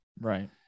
Right